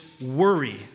worry